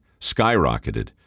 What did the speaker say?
skyrocketed